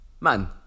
Man